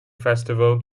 festival